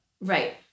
Right